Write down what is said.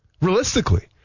realistically